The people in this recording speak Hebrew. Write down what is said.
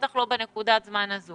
בטח לא בנקודת הזמן הזו.